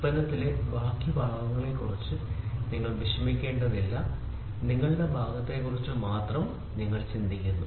ഉൽപ്പന്നത്തിലെ ബാക്കി ഭാഗങ്ങളെക്കുറിച്ച് നിങ്ങൾ വിഷമിക്കേണ്ടതില്ല നിങ്ങളുടെ ഭാഗത്തെക്കുറിച്ച് മാത്രം വിഷമിക്കുന്നു